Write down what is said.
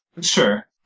Sure